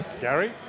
Gary